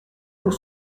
pour